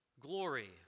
glory